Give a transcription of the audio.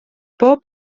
bob